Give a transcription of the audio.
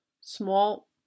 small